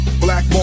black